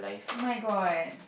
oh-my-god